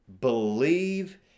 believe